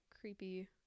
creepy